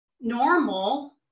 normal